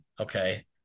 Okay